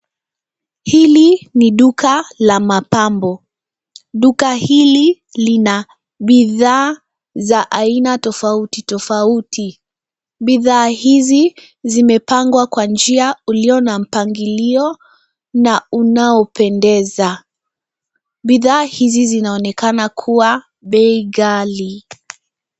Hili ni duka la mapambo. Duka hili lina bidhaa za aina tofauti tofauti. Bidhaa hizi zimepangwa kwa njia ulio na mpangilio na unaopendeza. Bidhaa hizi zinaonekana kuwa bei ghali.